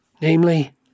namely